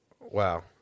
Wow